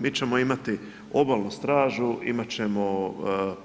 Mi ćemo imati obalnu stražu, imat ćemo